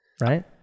Right